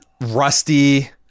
rusty